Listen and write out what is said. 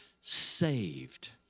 saved